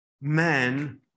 men